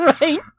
Right